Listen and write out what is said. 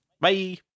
Bye